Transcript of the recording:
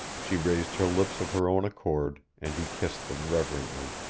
she raised her lips of her own accord, and he kissed them reverently.